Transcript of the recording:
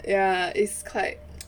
ya is quite